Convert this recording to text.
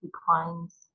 declines